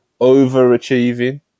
overachieving